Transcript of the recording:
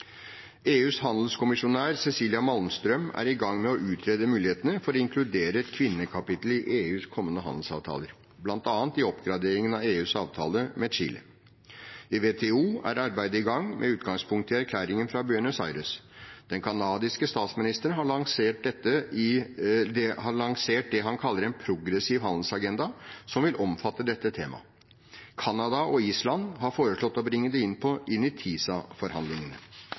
EUs handelskommissær, Cecilia Malmström, er i gang med å utrede muligheten for å inkludere et kvinnekapittel i EUs kommende handelsavtaler, bl.a. i oppgraderingen av EUs avtale med Chile. I WTO er arbeidet i gang, med utgangspunkt i erklæringen fra Buenos Aires. Den canadiske statsministeren har lansert det han kaller en progressiv handelsagenda, som vil omfatte dette temaet. Canada og Island har foreslått å bringe det inn i TISA-forhandlingene. Vi står handelspolitisk i